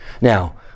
Now